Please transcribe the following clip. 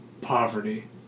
poverty